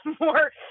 more